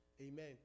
Amen